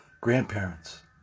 grandparents